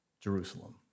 Jerusalem